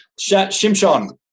Shimshon